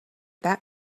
that